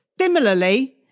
Similarly